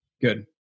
Good